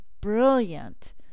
brilliant